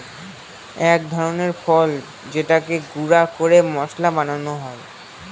এক ধরনের ফল যেটাকে গুঁড়া করে মশলা বানানো হয়